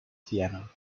piano